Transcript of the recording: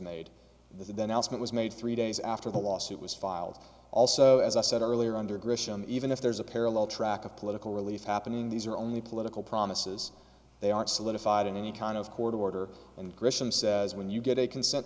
made the announcement was made three days after the lawsuit was filed also as i said earlier under grisham even if there's a parallel track of political relief happening these are only political promises they aren't solidified in any kind of court order and grisham says when you get a consent